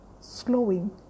Slowing